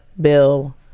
bill